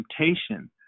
temptation